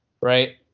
right